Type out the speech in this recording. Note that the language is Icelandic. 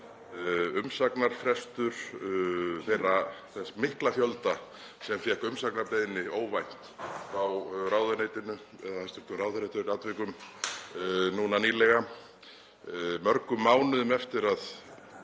Umsagnarfrestur þess mikla fjölda sem fékk umsagnarbeiðni óvænt frá ráðuneytinu, eða hæstv. ráðherra eftir atvikum, núna nýlega mörgum mánuðum eftir að